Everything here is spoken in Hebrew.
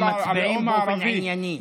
אנחנו מצביעים באופן ענייני.